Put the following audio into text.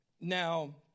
Now